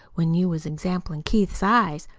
when you was examplin' keith's eyes.